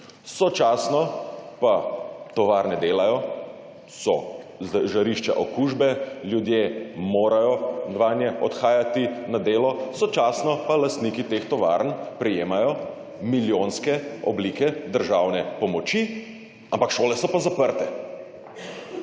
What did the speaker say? Sočasno pa tovarne delajo, so žarišča okužbe, ljudje morajo vanje odhajati na delo, sočasno pa lastniki teh tovarn prejemajo milijonske oblike državne pomoči, ampak šole so pa zaprte.